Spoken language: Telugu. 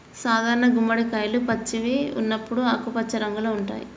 సాధారణ గుమ్మడికాయలు పచ్చిగా ఉన్నప్పుడు ఆకుపచ్చ రంగులో ఉంటాయి